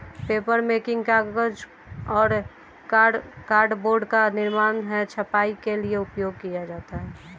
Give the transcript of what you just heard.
papermaking कागज और cardboard का निर्माण है छपाई के लिए उपयोग किया जाता है